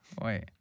Wait